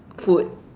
food